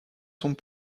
sont